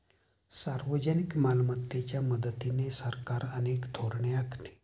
सार्वजनिक मालमत्तेच्या मदतीने सरकार अनेक धोरणे आखते